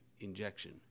injection